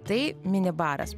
tai mini baras